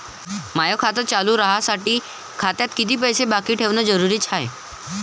माय खातं चालू राहासाठी खात्यात कितीक पैसे बाकी ठेवणं जरुरीच हाय?